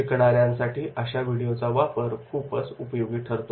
शिकणाऱ्यांसाठी अशा व्हिडिओचा वापर खूपच उपयोगी ठरतो